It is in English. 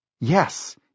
Yes